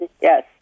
Yes